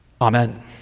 Amen